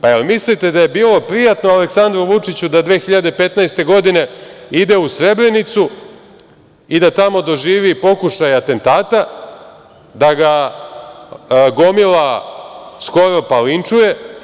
Pa jel mislite da je bilo prijatno Aleksandru Vučiću da 2015. godine ide u Srebrenicu i da tamo doživi pokušaj atentata, da ga gomila skoro pa linčuje?